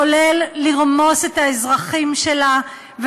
כולל לרמוס את האזרחים שלה.